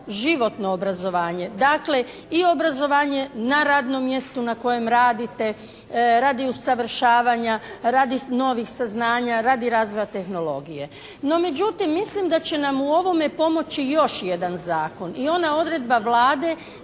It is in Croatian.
cjeloživotno obrazovanje. Dakle, i obrazovanje na radnom mjestu na kojem radite radi usavršavanja, radi novih saznanja, radi razvoja tehnologije. No međutim, mislim da će nam u ovome pomoći još jedan zakon i ona odredba Vlade